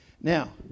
now